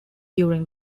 during